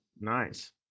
Nice